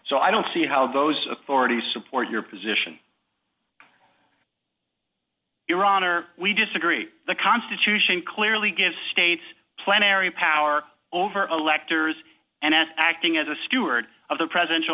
so i don't see how those authorities support your position iran or we disagree the constitution clearly gives states planetary power over electors and as acting as a steward of the presidential